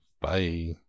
Bye